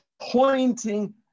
pointing